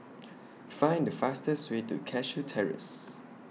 Find The fastest Way to Cashew Terrace